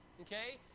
Okay